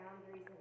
boundaries